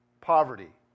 Poverty